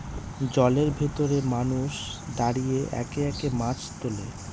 জলের ভেতরে মানুষ দাঁড়িয়ে একে একে মাছ তোলে